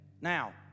now